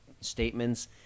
statements